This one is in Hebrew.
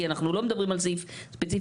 כי אנחנו לא מדברים על סעיף ספציפי.